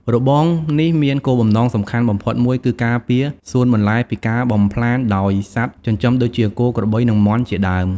របងនេះមានគោលបំណងសំខាន់បំផុតមួយ គឺការពារសួនបន្លែពីការបំផ្លាញដោយសត្វចិញ្ចឹមដូចជា គោ ក្របី និងមាន់ជាដើម។